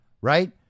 right